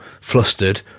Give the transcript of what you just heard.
flustered